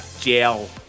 Jail